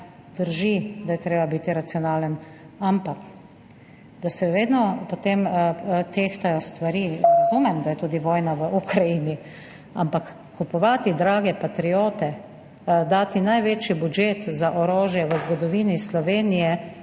Drži, da je treba biti racionalen. Ampak da se vedno potem tehtajo stvari, razumem, da je tudi vojna v Ukrajini, ampak kupovati drage patriote, dati največji budžet za orožje v zgodovini Slovenije,